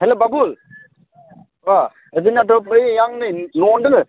hello Babul अ जोंनाथ' बै आं नै न'आवनो दङ